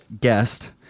guest